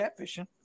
catfishing